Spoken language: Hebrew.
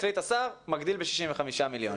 החליט השר שהוא מגדיל ב-65 מיליון.